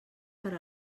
per